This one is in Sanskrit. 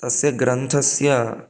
तस्य ग्रन्थस्य